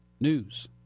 News